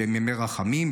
שהם ימי רחמים.